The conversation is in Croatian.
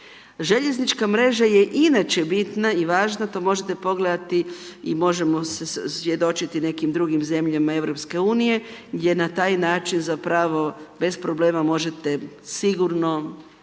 Željeznička mreža je inače bitna i važna, to možete pogledati i možemo se svjedočiti nekim drugim zemljama EU-a gdje na taj način zapravo bez problema možete sigurno,